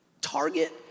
Target